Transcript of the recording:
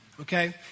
Okay